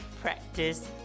practice